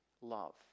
love